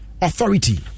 Authority